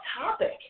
topic